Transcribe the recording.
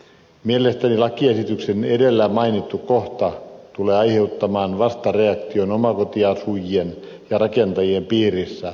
mielestäni lakiesityksen edellä mainittu kohta tulee aiheuttamaan vastareaktion omakotiasujien ja rakentajien piirissä